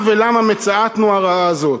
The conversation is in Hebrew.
"על מה ולמה מצאתנו הרעה הזאת?"